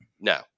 No